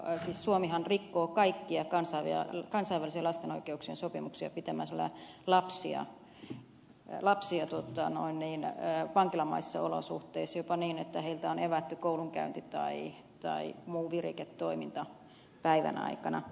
suomihan rikkoo kaikkia kansainvälisiä lasten oikeuksien sopimuksia pitämällä lapsia vankilamaisissa olosuhteissa jopa niin että heiltä on evätty koulunkäynti tai muu viriketoiminta päivän aikana